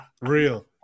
Real